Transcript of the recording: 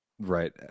Right